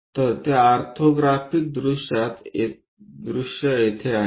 तर त्या ऑर्थोग्राफिक दृश्यात येथे आहे